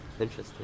Interesting